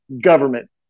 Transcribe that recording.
government